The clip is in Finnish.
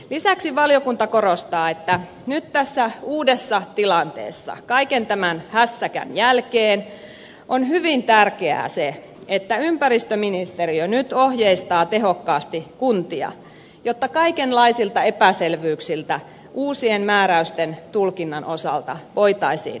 lisäksi valiokunta korostaa että nyt tässä uudessa tilanteessa kaiken tämän hässäkän jälkeen on hyvin tärkeää se että ympäristöministeriö ohjeistaa tehokkaasti kuntia jotta kaikenlaisilta epäselvyyksiltä uusien määräysten tulkinnan osalta voitaisiin välttyä